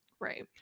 right